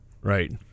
right